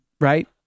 right